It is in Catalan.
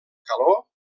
calor